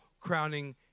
crowning